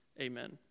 Amen